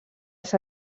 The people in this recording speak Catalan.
els